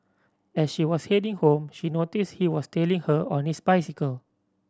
as she was heading home she noticed he was tailing her on his bicycle